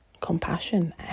compassion